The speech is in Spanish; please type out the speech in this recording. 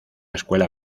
escuela